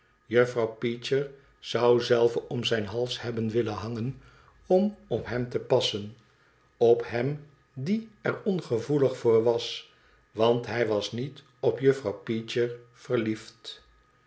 jufifrouw peecher zou zelve om zijn hals hebben willen hangen om op hem te passen op hem die er ongevoelig voor was want hij was niet op juffrouw peecher verliefd